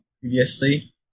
previously